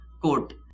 quote